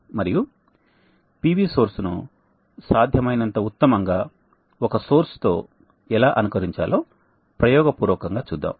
మరియు PV source ను సాధ్యమైనంత ఉత్తమంగా ఒక సోర్స్ తో ఎలా అనుకరించాలో ప్రయోగపూర్వకంగా చూద్దాం